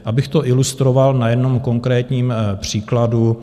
Abych to ilustroval na jednom konkrétním příkladu.